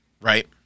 right